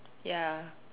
ya